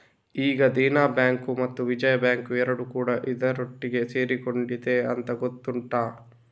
ಈಗ ದೇನಾ ಬ್ಯಾಂಕು ಮತ್ತು ವಿಜಯಾ ಬ್ಯಾಂಕು ಎರಡೂ ಕೂಡಾ ಇದರೊಟ್ಟಿಗೆ ಸೇರಿಕೊಂಡಿದೆ ಅಂತ ಗೊತ್ತುಂಟಾ